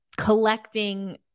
collecting